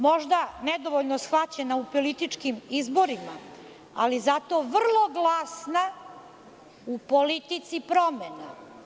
Možda nedovoljno shvaćena u političkim izborima, ali zato vrlo glasna u politici promena.